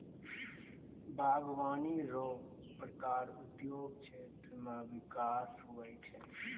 बागवानी रो प्रकार उद्योग क्षेत्र मे बिकास हुवै छै